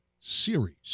series